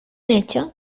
hecho